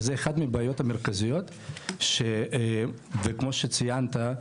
זו אחת מהבעיות המרכזיות וכמו שציינת,